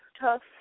tough